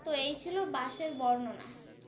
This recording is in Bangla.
তো এই ছিল বাসের বর্ণনা